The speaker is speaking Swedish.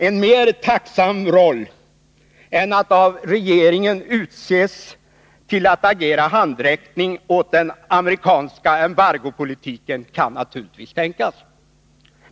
En mera tacksam roll än den att av regeringen utses till att agera handräckare åt den amerikanska embargopolitiken kan naturligtvis tänkas.